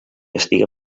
estiga